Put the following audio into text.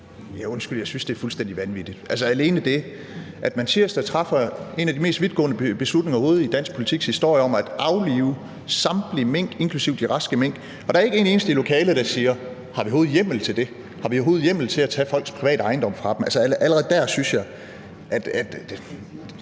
Undskyld, jeg synes, det er fuldstændig vanvittigt – alene det, at man tirsdag træffer en af de mest vidtgående beslutninger overhovedet i dansk politiks historie om at aflive samtlige mink, inklusive de raske mink, og der ikke er en eneste i lokalet, der spørger: Har vi overhovedet hjemmel til det? Har vi overhovedet hjemmel til at tage folks private ejendom fra dem? Altså, der er jo et